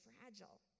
fragile